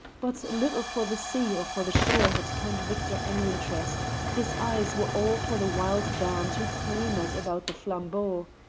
but little for the sea or for the shore had count victor any interest his eyes were all for the wild band who clamoured about the flambeau.